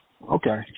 okay